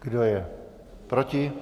Kdo je proti?